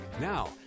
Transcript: Now